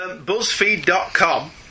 BuzzFeed.com